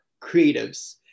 creatives